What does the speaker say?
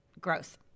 gross